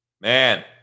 Man